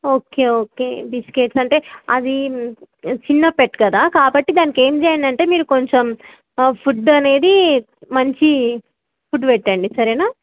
okay okay biscuits అంటే అవి చిన్న పెట్ కదా కాబట్టి దానికి ఏం చేయండి అంటే మీరు కొంచెం ఫుడ్ అనేది మంచి ఫుడ్ పెట్టండి సరేనా